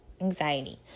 anxiety